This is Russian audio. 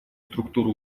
структура